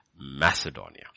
Macedonia